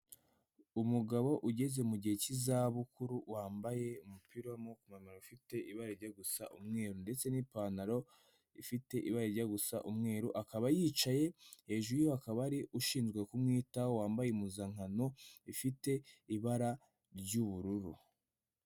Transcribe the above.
Umugabo ugeze mu gihe cy'izabukuru, wambaye umupira w'amaboko maremare ufite ibara rijya gusa umweru ndetse n'ipantaro ifite ibara rijya gusa umweru, akaba yicaye hejuru ye hakaba hari ushinzwe kumwitaho, wambaye impuzankano ifite ibara ry'ubururu.